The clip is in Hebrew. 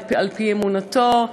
על-פי אמונתו,